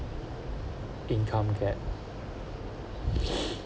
income tax